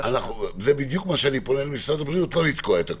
זה בדיוק מה שאני פונה למשרד הבריאות לא לתקוע הכול.